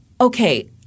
okay